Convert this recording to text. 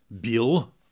Bill